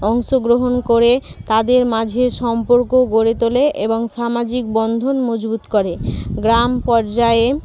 অংশগ্রহণ করে তাদের মাঝের সম্পর্ক গড়ে তোলে এবং সামাজিক বন্ধন মজবুত করে গ্রাম পর্যায়ে